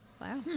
Wow